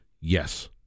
Yes